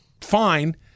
fine